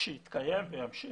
שיתקיים וימשיך,